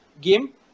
game